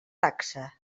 taxa